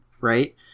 right